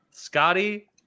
Scotty